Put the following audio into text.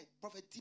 Prophet